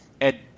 Ed